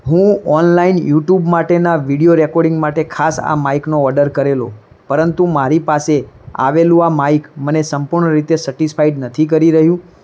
હું online YouTube માટેનાં video recording માટે ખાસ આ માઈકનો ઓડર કરેલો પરંતુ મારી પાસે આવેલું આ માઈક મને સંપૂર્ણ રીતે સેટીસ્ફાઈડ નથી કરી રહ્યું